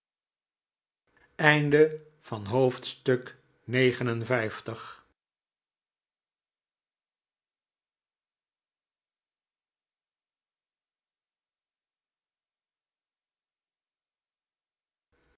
tuin van het